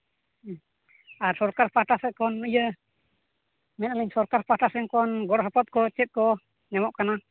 ᱟᱨ ᱥᱚᱨᱠᱟᱨ ᱯᱟᱦᱴᱟ ᱥᱮᱫ ᱠᱷᱚᱱ ᱤᱭᱟᱹ ᱢᱮᱱᱮᱜᱼᱟ ᱞᱤᱧ ᱥᱚᱨᱠᱟᱨ ᱯᱟᱦᱴᱟ ᱥᱮᱫ ᱠᱷᱚᱱ ᱜᱚᱲᱚ ᱥᱚᱯᱚᱦᱚᱫᱽ ᱠᱚ ᱪᱮᱫ ᱠᱚ ᱧᱟᱢᱚᱜ ᱠᱟᱱᱟ